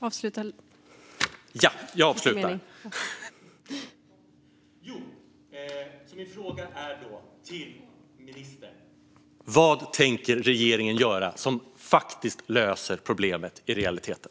Men min fråga till ministern är denna: Vad tänker regeringen göra som faktiskt löser problemet i realiteten?